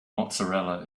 mozzarella